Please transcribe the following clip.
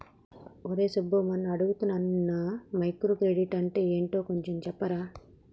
రేయ్ సబ్బు మొన్న అడుగుతున్నానా మైక్రో క్రెడిట్ అంటే ఏంటో కొంచెం చెప్పరా